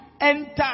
enter